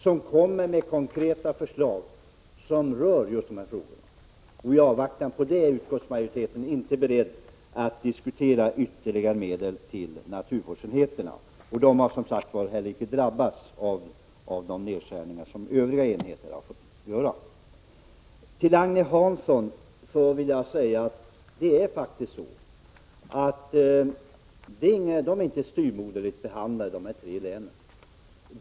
Vi kommer då att få konkreta förslag som rör just dessa frågor. I avvaktan på detta är utskottsmajoriteten inte beredd att diskutera ytterligare medel till naturvårdsenheterna. De har, som sagt, inte heller drabbats av de nedskärningar som övriga enheter har fått vidkännas. Till Agne Hansson: De tre länen är faktiskt inte styvmoderligt behandlade.